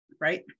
right